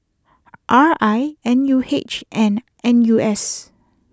R I N U H and N U S